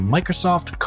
Microsoft